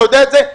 אתה יודע את זה.